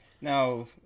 Now